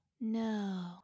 No